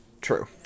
True